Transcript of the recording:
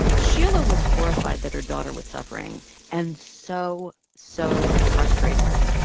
sheila was horrified that her daughter was suffering and so, so frustrated.